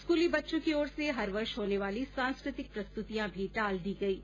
स्कूली बच्चों की ओर से हर वर्ष होने वाली सांस्कृतिक प्रस्तुतियां भी टाल दी गईं